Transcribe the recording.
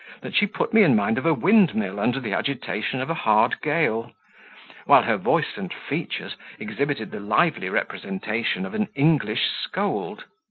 that she put me in mind of a windmill under the agitation of a hard gale while her voice and features exhibited the lively representation of an english scold.